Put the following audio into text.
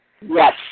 Yes